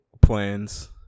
plans